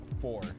four